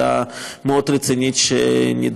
תוקף תעודת המעבר הוא לזמן קצר יותר מאשר דרכון,